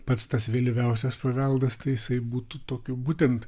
pats tas vėlyviausias paveldas tai jisai būtų tokių būtent